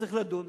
וצריך לדון,